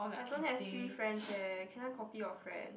I don't have three friends eh can I copy your friend